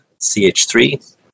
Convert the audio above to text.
CH3